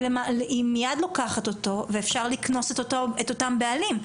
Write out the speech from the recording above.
היא מיד לוקחת אותו ואפשר לקנוס את אותם בעלים.